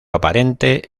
aparente